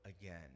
again